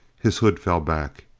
his hood fell back.